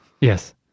Yes